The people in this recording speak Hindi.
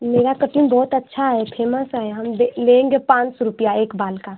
मेरा कटिंग बहुत अच्छा है फेमस है हम लेंगे पाँच सौ रुपया एक बाल का